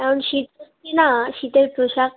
এখন শীতকাল কি না শীতের পোশাক